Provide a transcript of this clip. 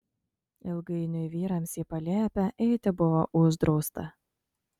ilgainiui vyrams į palėpę eiti buvo uždrausta